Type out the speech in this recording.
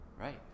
Right